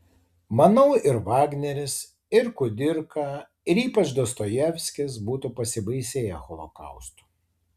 manau ir vagneris ir kudirka ir ypač dostojevskis būtų pasibaisėję holokaustu